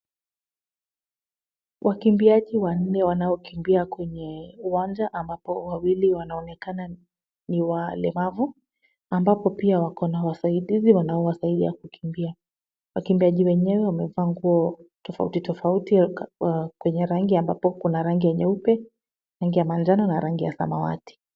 Wakimbiaji wanne wanaokimbia kwenye uwanja ambapo wawili wanaonekana niwalemavu, ambapo pia wako na wasaidizi ambao wanawasaidia wakikimbia. Wakimbiaji wenyewe wamevaa nguo tofauti tofauti kwenye rangi ambapo kuna rangi ya nyeupe, rangi ya manjano na rangi ya samawati.